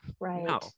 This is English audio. right